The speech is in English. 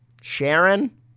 Sharon